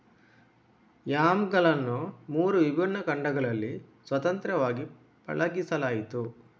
ಯಾಮ್ಗಳನ್ನು ಮೂರು ವಿಭಿನ್ನ ಖಂಡಗಳಲ್ಲಿ ಸ್ವತಂತ್ರವಾಗಿ ಪಳಗಿಸಲಾಯಿತು